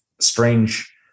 strange